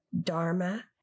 dharma